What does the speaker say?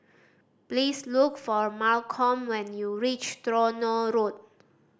please look for Malcolm when you reach Tronoh Road